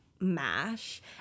MASH